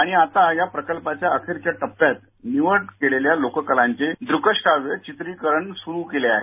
आणि आता या प्रकल्पाच्या अंतिम टप्प्यात निवड केलेल्या लोककलांच्या दृकश्राव्य चित्रिकरण स्रू केले आहे